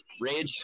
Rage